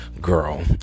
girl